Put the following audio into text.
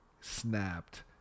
snapped